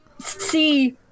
see